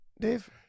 Dave